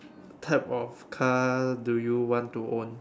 type of car do you want to own